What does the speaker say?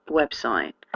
website